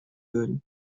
داریم